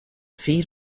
feed